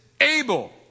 able